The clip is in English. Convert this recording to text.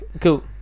Cool